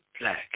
black